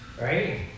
right